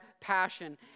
passion